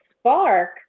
spark